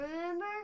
Remember